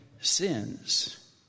sins